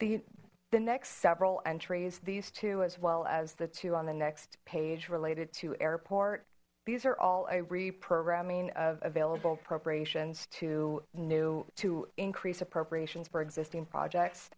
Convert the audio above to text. the the next several entries these two as well as the two on the next page related to airport these are all a reprogramming of available preparations to new to increase appropriations for existing projects